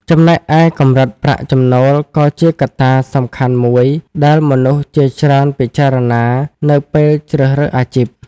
ចំណែកឯកម្រិតប្រាក់ចំណូលក៏ជាកត្តាសំខាន់មួយដែលមនុស្សជាច្រើនពិចារណានៅពេលជ្រើសរើសអាជីព។